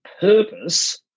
purpose